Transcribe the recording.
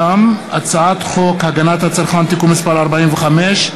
הצעת חוק הגנת הצרכן (תיקון מס' 45),